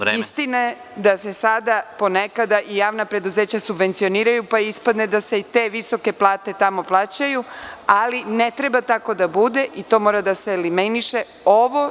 Istina je da se sada ponekada javna preduzeća subvencioniraju, pa ispada da se i te visoke plate tamo plaćaju, ali ne treba tako da bude i to mora da se eliminiše.